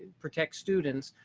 protect students.